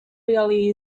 really